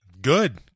Good